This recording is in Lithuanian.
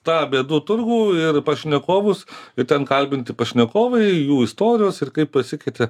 tą bėdų turgų ir pašnekovus ir ten kalbinti pašnekovai jų istorijos ir kaip pasikeitė